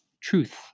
truth